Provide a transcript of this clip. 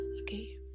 okay